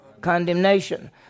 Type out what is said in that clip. Condemnation